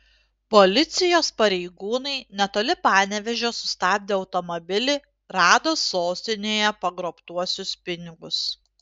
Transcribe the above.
policijos pareigūnai netoli panevėžio sustabdę automobilį rado sostinėje pagrobtuosius pinigus